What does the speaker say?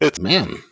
man